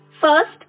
First